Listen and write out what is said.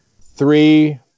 Three